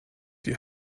die